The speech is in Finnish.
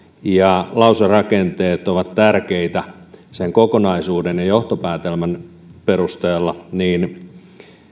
ja lauserakenteet ovat tärkeitä sen kokonaisuuden ja johtopäätelmän kannalta niin